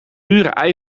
dure